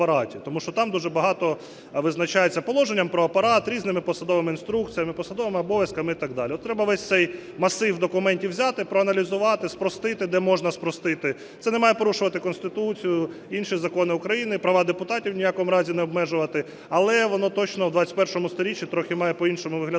Тому що там дуже багато визначається положенням про Апарат, різними посадовими інструкціями, посадовими обов'язками і так далі. От треба весь це масив документів взяти, проаналізувати, спростити, де можна спростити. Це не має порушувати Конституцію, інші закони України, права депутатів ні в якому разі не обмежувати, але воно точно в ХХІ сторіччі трохи має по-іншому виглядати,